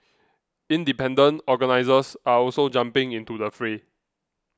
independent organisers are also jumping into the fray